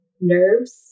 nerves